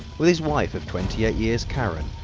with his wife of twenty eight years, karen.